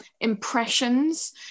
impressions